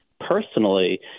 personally